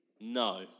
No